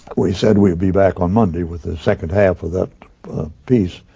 we said we would be back on monday with the second half of that piece.